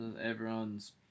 Everyone's